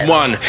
one